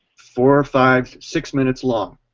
four, five, six minutes long.